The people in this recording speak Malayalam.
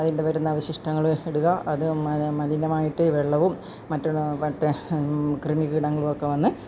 അതിൻ്റെ വരുന്ന അവശിഷ്ടങ്ങൾ ഇടുക അത് മലിനമായിട്ട് വെള്ളവും മറ്റുള്ള മറ്റ് കൃമികീടങ്ങളുവൊക്കെ വന്ന്